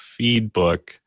Feedbook